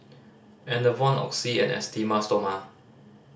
Enervon Oxy and Esteem Stoma